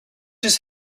his